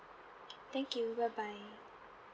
thank you bye bye